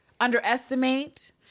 underestimate